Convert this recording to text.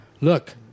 Look